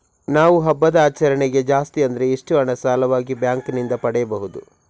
ನಾವು ಹಬ್ಬದ ಆಚರಣೆಗೆ ಜಾಸ್ತಿ ಅಂದ್ರೆ ಎಷ್ಟು ಹಣ ಸಾಲವಾಗಿ ಬ್ಯಾಂಕ್ ನಿಂದ ಪಡೆಯಬಹುದು?